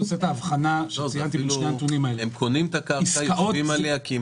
הם קונים את הקרקע ויושבים עליה.